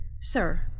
Sir